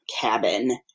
cabin